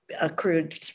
accrued